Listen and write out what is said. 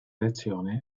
lezione